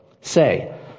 say